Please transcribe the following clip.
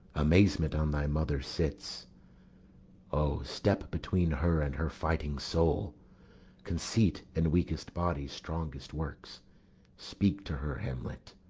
amazement on thy mother sits o, step between her and her fighting soul conceit in weakest bodies strongest works speak to her, hamlet.